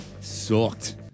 Sucked